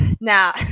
now